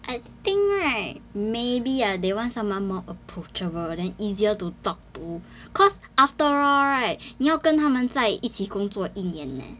I think right maybe uh they want someone more approachable then easier to talk to cause after all right 你要跟他们在一起工作一年 leh